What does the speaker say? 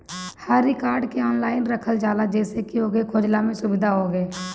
हर record के online रखल जाला जेसे की ओके खोजला में सुबिधा होखे